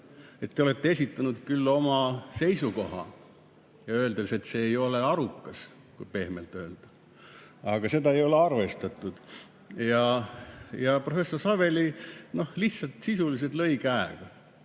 et ta on esitanud küll oma seisukoha, öeldes, et see ei ole arukas, kui pehmelt öelda, aga seda ei ole arvestatud. Ja professor Saveli lihtsalt sisuliselt lõi käega